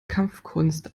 kampfkunst